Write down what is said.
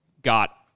Got